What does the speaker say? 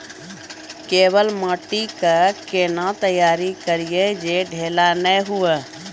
केवाल माटी के कैना तैयारी करिए जे ढेला नैय हुए?